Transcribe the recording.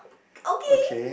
okay